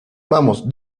vamos